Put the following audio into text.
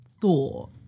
Thor